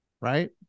right